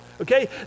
Okay